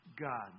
God